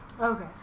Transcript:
okay